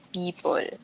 people